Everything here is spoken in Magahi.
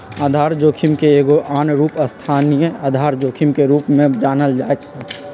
आधार जोखिम के एगो आन रूप स्थानीय आधार जोखिम के रूप में जानल जाइ छै